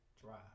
drive